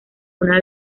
una